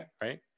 Right